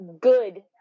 good